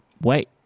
wait